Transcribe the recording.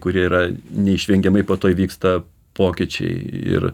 kurie yra neišvengiamai po to įvyksta pokyčiai ir